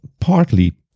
partly